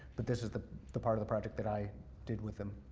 but this is the the part of the project that i did with them.